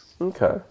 Okay